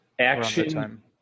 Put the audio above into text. Action